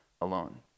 alone